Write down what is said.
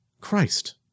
Christ